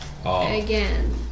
again